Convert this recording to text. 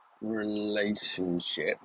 relationship